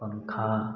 पंखा